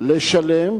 לשלם,